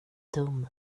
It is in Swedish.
dum